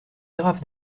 grave